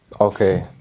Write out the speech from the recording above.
Okay